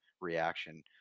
reaction